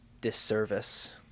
disservice